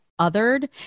othered